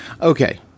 Okay